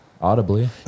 Audibly